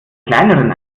kleineren